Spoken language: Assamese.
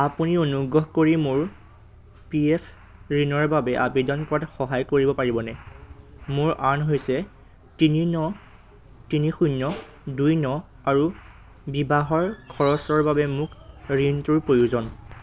আপুনি অনুগ্ৰহ কৰি মোৰ পি এফ ঋণৰ বাবে আবেদন কৰাত সহায় কৰিব পাৰিবনে মোৰ আৰ্ণ হৈছে তিনি ন তিনি শূন্য দুই ন আৰু বিবাহৰ খৰচৰ বাবে মোক ঋণটোৰ প্ৰয়োজন